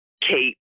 Kate